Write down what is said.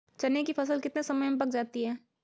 चने की फसल कितने समय में पक जाती है?